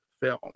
film